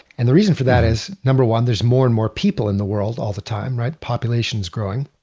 and the reason for that is, number one, there's more and more people in the world all the time, right? population is growing.